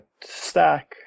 stack